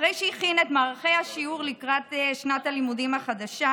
אחרי שהכינה את מערכי השיעור לקראת שנת הלימודים החדשה